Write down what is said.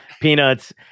peanuts